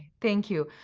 thank you.